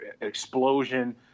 explosion